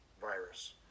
virus